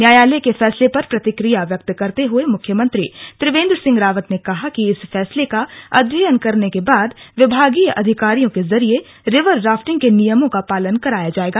न्यायालय के फैसले पर प्रतिक्रिया व्यक्त करते हुए मुख्यमंत्री त्रिवेंद्र सिंह रावत ने कहा कि इस फैसले का अध्ययन करने के बाद विभागीय अधिकारियों के जरिए रिवर राफिंटग के नियमों का पालन कराया जाएगा